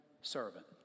servant